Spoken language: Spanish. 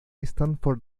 stanford